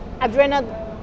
adrenaline